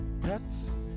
Pets